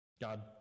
God